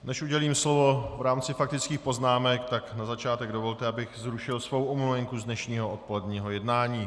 Než udělím slovo v rámci faktických poznámek, tak na začátek dovolte, abych zrušil svou omluvenku z dnešního odpoledního jednání.